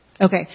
Okay